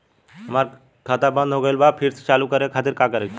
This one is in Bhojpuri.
हमार खाता बंद हो गइल बा फिर से चालू करा खातिर का चाही?